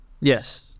Yes